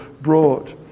brought